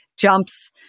jumps